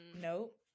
Nope